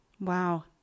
Wow